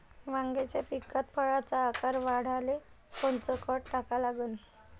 वांग्याच्या पिकात फळाचा आकार वाढवाले कोनचं खत टाका लागन?